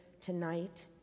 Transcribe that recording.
tonight